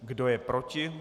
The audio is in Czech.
Kdo je proti?